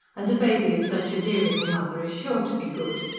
and the baby of such a dear little mother is sure to be good.